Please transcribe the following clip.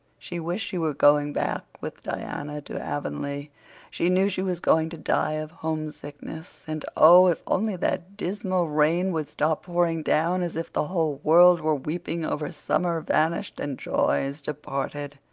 she wished she were going back with diana to avonlea she knew she was going to die of homesickness. and oh, if only that dismal rain would stop pouring down as if the whole world were weeping over summer vanished and joys departed!